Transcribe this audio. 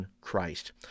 Christ